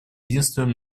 единственным